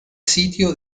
sitio